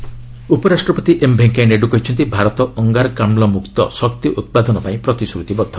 Naidu energy ଉପରାଷ୍ଟପତି M Venkaiah Naidu କହିଛନ୍ତି ଭାରତ ଅଙ୍ଗାରକାମୁ ମୁକ୍ତ ଶକ୍ତି ଉତ୍ପାଦନ ପାଇଁ ପ୍ରତିଶ୍ରତିବଦ୍ଧ